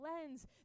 lens